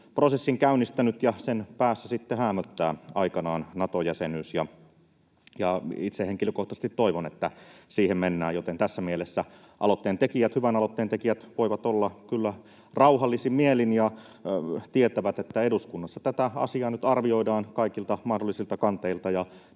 prosessin käynnistänyt ja sen päässä häämöttää aikanaan Nato-jäsenyys. Itse henkilökohtaisesti toivon, että siihen mennään, joten tässä mielessä aloitteen tekijät, hyvän aloitteen tekijät, voivat olla kyllä rauhallisin mielin ja tietävät, että eduskunnassa tätä asiaa nyt arvioidaan kaikilta mahdollisilta kanteilta